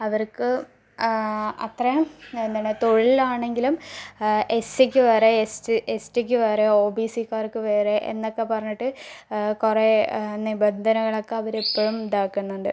അവർക്ക് അത്രയും എന്താണ് തൊഴിലിലാണെങ്കിലും എസ് സിക്ക് പകരം എസ് ടി എസ് ടിക്ക് പകരം ഒ ബി സിക്കാർക്ക് വേറെ എന്നൊക്കെ പറഞ്ഞിട്ട് കുറേ നിബന്ധനകളൊക്കെ അവർ ഇപ്പോഴും ഇതാക്കുന്നുണ്ട്